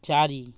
चारि